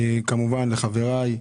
כמובן לחבריי,